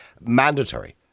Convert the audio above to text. mandatory